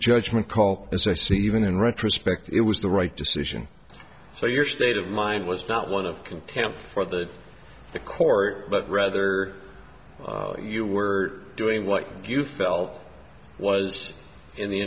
judgment call as i see even in retrospect it was the right decision so your state of mind was not one of contempt for the court but rather you were doing what you felt was in the